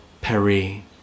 Perry